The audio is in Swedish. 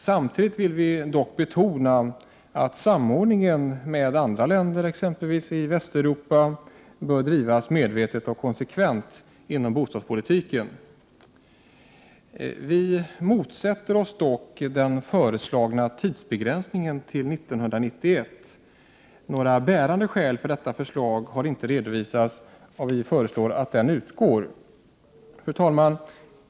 Samtidigt vill vi dock betona att samordningen med andra länder, exempelvis i Västeuropa, bör drivas målmedvetet och konsekvent även inom bostadspolitiken. Vi motsätter oss den föreslagna tidsbegränsningen till 1991. Några bärande skäl för detta förslag har inte redovisats. Vi föreslår därför att den utgår. Fru talman!